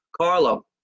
Carlo